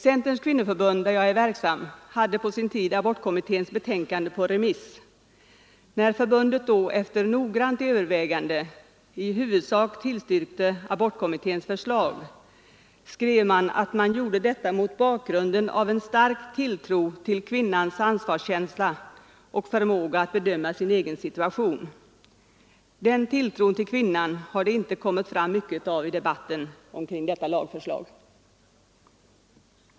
Centerns kvinnoförbund, där jag är verksam, hade på sin tid abortkommitténs betänkande på remiss. När förbundet då efter noggrant övervägande i huvudsak tillstyrkte abortkommitténs förslag, skrev man att man gjorde detta mot bakgrund av en stark tilltro till kvinnans ansvarskänsla och förmåga att bedöma sin egen situation. Den tilltron till kvinnan har det inte kommit fram mycket av i debatten omkring detta lagförslag.